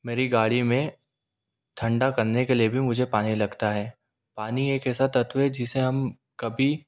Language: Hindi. मेरी गाड़ी में ठंडा करने के लिए भी मुझे पानी लगता है पानी एक ऐसा तत्व है जिसे हम कभी